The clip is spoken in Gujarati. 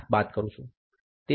તેથી મને 28